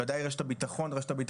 בוודאי את רשת הביטחון התעסוקתית,